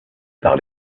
par